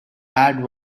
bad